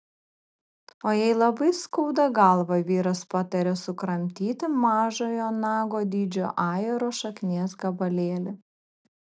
o jei labai skauda galvą vyras patarė sukramtyti mažojo nago dydžio ajero šaknies gabalėlį